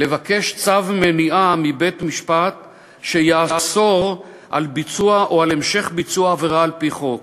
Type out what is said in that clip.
לבקש צו מניעה מבית-משפט שיאסור ביצוע או המשך ביצוע עבירה על-פי חוק.